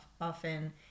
often